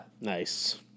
Nice